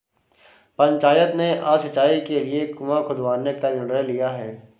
पंचायत ने आज सिंचाई के लिए कुआं खुदवाने का निर्णय लिया है